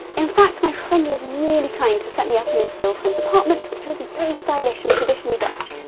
in fact, my friend was really kind to set me up in his girlfriend's apartment which was very stylish and traditionally dutch,